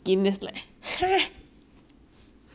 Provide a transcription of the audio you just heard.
so you think you're skinny